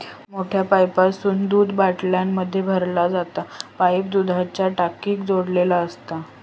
मोठ्या पाईपासून दूध बाटल्यांमध्ये भरला जाता पाईप दुधाच्या टाकीक जोडलेलो असता